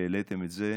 שהעליתם את זה.